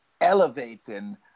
Elevating